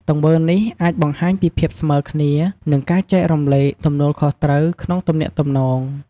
ទង្វើនេះអាចបង្ហាញពីភាពស្មើគ្នា និងការចែករំលែកទំនួលខុសត្រូវក្នុងទំនាក់ទំនង។